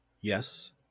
yes